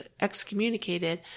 excommunicated